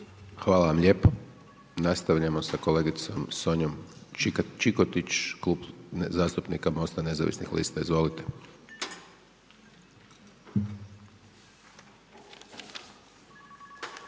Hvala vam lijepo. Nastavljamo sa kolegicom Sonjom Čikotić, Klub zastupnika MOST-a nezavisnih lista, izvolite.